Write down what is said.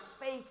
faith